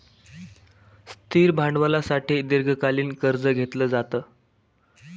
स्थिर भांडवलासाठी दीर्घकालीन कर्ज घेतलं जातं